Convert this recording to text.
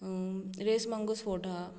Reis Magos fort आसा